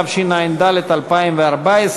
התשע"ד 2014,